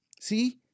See